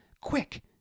Quick